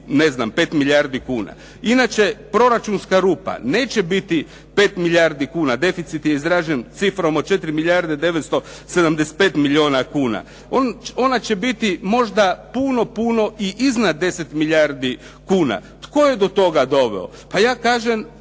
ne znam 5 milijardi kuna. Inače proračunska rupa neće biti 5 milijardi kuna, deficit je izražen cifrom od 4 milijarde 975 milijuna kuna. Ona će biti možda puno, puno i iznad 10 milijardi kuna. Tko je do toga doveo. Pa ja kažem,